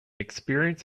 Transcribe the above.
experience